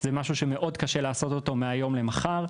זה משהו שמאוד קשה לעשות אותו מהיום למחר.